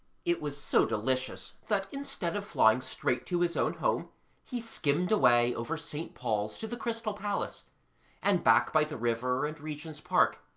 it was so delicious that instead of flying straight to his own home he skimmed away over st. paul's to the crystal palace and back by the river and regent's park,